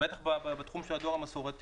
בטח בתחום של הדואר המסורתי.